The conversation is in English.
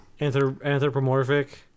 anthropomorphic